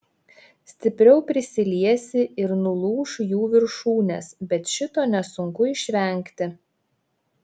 stipriau prisiliesi ir nulūš jų viršūnės bet šito nesunku išvengti